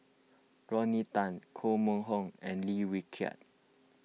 Rodney Tan Koh Mun Hong and Lim Wee Kiak